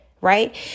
Right